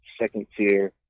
second-tier